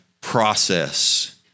Process